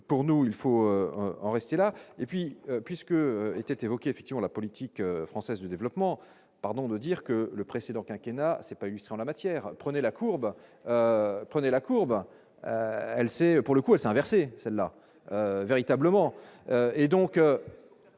pour nous, il faut en rester là et puis puisque était évoqué effectivement la politique française de développement, pardon de dire que le précédent quinquennat c'est pas eu. En la matière, prenez la courbe, prenez la courbe pour le coup, elle s'est inversée, là véritablement et donc